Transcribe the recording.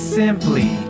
simply